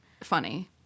funny